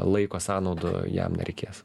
laiko sąnaudų jam nereikės